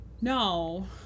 No